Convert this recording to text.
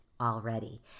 already